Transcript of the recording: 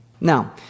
Now